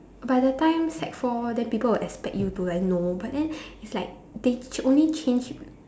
by the time sec four then people will expect you to like know but then it's like they only change